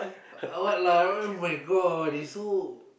uh what lah [oh]-my-god it's so